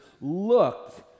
looked